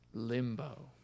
limbo